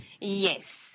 Yes